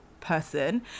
person